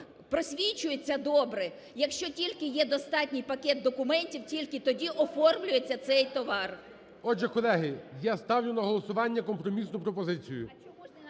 просвічується добре, якщо тільки є достатній пакет документів, тільки тоді оформлюється цей товар. ГОЛОВУЮЧИЙ. Отже, колеги, я ставлю на голосування компромісну пропозицію